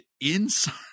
inside